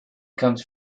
comes